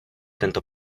tento